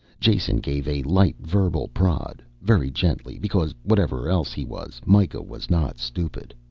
jason gave a light verbal prod, very gently, because whatever else he was, mikah was not stupid.